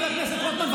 חבר הכנסת רוטמן,